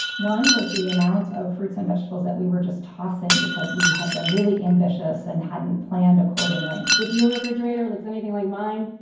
one was the amount of fruits and vegetables that we were just tossing because we had been really ambitious and hadn't planned accordingly if your refrigerator looks anything like mine,